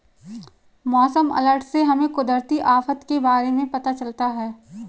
मौसम अलर्ट से हमें कुदरती आफत के बारे में पता चलता है